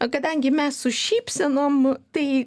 o kadangi mes su šypsenom tai